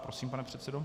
Prosím, pane předsedo.